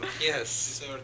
Yes